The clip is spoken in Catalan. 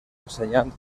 ensenyant